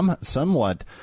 somewhat